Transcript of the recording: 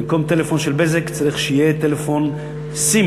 במקום טלפון של "בזק" צריך שיהיה טלפון "סים",